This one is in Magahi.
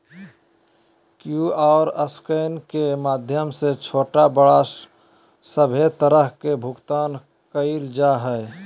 क्यूआर स्कैन के माध्यम से छोटा बड़ा सभे तरह के भुगतान कइल जा हइ